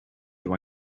you